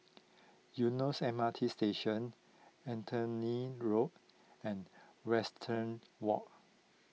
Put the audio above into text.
Eunos M R T Station Anthony Road and Western Walk